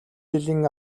жилийн